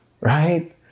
right